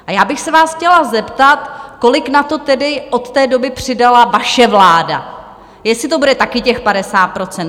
A já bych se vás chtěla zeptat, kolik na to tedy od té doby přidala vaše vláda, jestli to bude taky těch 50 %?